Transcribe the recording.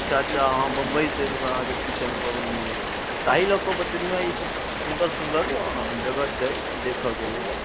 अच्छा अच्छा अहाँ बंबइसँ एलहुँ हँ अहाँकेँ किछु अनुभव नहि अइ ताहि लऽके बतेलहुँ हँ ई सब सुन्दर सुन्दर जगह छै देखऽके लेल